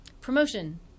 Promotion